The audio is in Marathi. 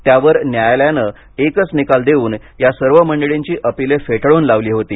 त्यावर न्यायालयाने एकच निकाल देऊन या सर्व मंडळींची अपिले फेटाळून लावली होती